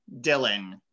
Dylan